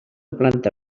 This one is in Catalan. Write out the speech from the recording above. planta